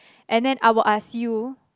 and then I will ask you